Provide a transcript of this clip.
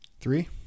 Three